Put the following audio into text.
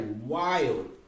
Wild